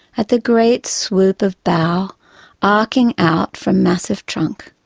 at the great swoop of bough arcing out from massive trunk,